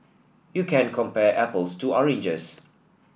you can't compare apples to oranges